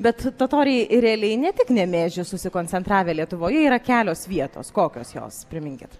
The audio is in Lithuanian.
bet totoriai realiai ne tik nemėžy susikoncentravę lietuvoje yra kelios vietos kokios jos priminkit